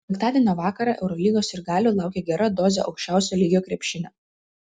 penktadienio vakarą eurolygos sirgalių laukia gera dozė aukščiausio lygio krepšinio